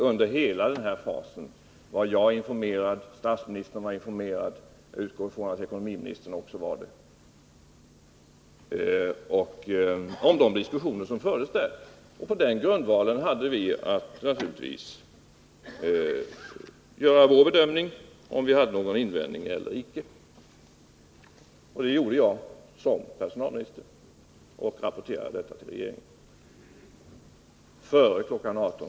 Under hela den här fasen var jag informerad, statsministern var informerad och jag utgår från att ekonomiministern också var informerad om de diskussioner som fördes. På den grundvalen hade vi att göra vår bedömning, om vi hade någon invändning eller icke, och det gjorde jag som personalminister och rapporterade detta till regeringen före kl. 18.